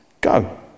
go